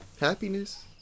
Happiness